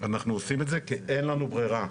אנחנו עושים את זה כי אין לנו ברירה.